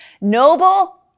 Noble